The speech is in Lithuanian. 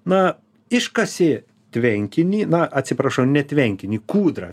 na iškasė tvenkinį na atsiprašau ne tvenkinį kūdra